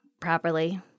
properly